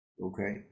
okay